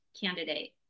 candidate